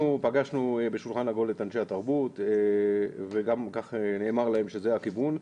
אנחנו פגשנו בשולחן עגול את אנשי התרבות וגם נאמר להם שזה הכיוון.